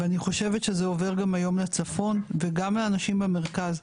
אני חושבת שזה עובר היום גם לצפון וגם לאנשים במרכז.